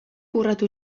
urratu